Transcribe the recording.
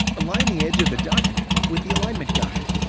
align the edge of the document with the alignment guide.